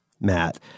Matt